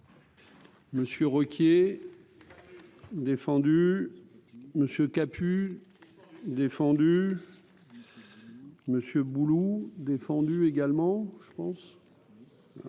Monsieur Ruquier défendu monsieur kaput défendu monsieur boulot défendu également je pense monsieur